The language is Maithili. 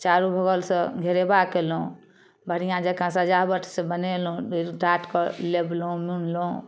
चारू बगलसँ घेरेबा कयलहुँ बढ़िआँ जकाँ सजावटसँ बनेलहुँ टाटके लेबलहुँ लूनलहुँ